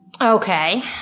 Okay